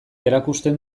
erakusten